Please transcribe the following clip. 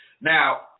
Now